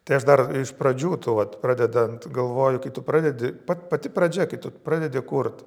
tai aš dar iš pradžių tu vat pradedant galvoju kai tu pradedi pat pati pradžia kai tu pradedi kurt